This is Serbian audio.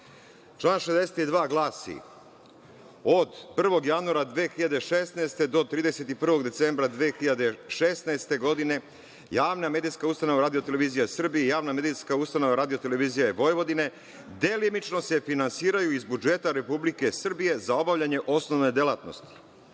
2.Član 62. glasi – od 1. januara 2016. do 31. decembra 2016. godine javna medijska ustanova RTS i javna medijska ustanova RTV delimično se finansiraju iz budžeta Republike Srbije za obavljanje osnovne delatnosti.